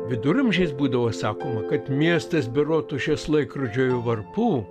viduramžiais būdavo sakoma kad miestas be rotušės laikrodžio ir varpų